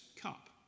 cup